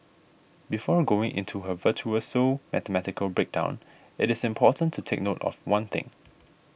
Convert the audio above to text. before going into her virtuoso mathematical breakdown it is important to take note of one thing